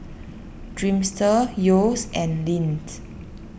Dreamster Yeo's and Lindt